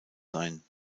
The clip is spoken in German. sein